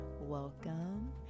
welcome